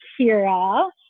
kira